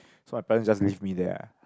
so my parents just leave me there ah